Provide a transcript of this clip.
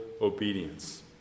obedience